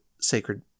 sacred